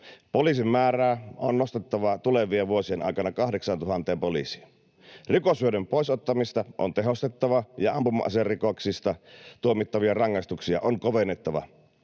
Poliisien määrää on nostettava tulevien vuosien aikana 8 000 poliisiin. Rikoshyödyn poisottamista on tehostettava ja ampuma-aserikoksista tuomittavia rangaistuksia on kovennettava.